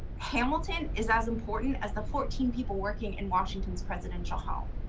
hamilton is as important as the fourteen people working in washington's presidential hull.